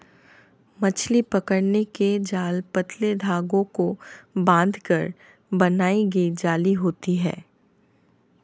मछली पकड़ने के जाल पतले धागे को बांधकर बनाई गई जाली होती हैं